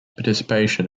participation